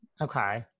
Okay